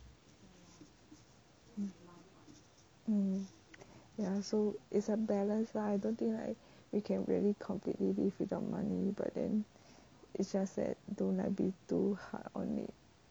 ya so it's a balance lah I don't think like we can really completely live without money but then it's just that don't like be too hard on it